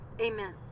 Amen